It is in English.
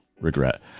regret